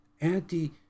Anti